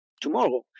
tomorrow